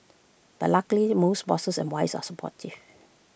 but luckily most bosses and wives are supportive